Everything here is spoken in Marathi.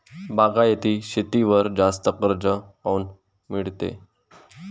बागायती शेतीवर जास्त कर्ज काऊन मिळते?